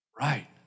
right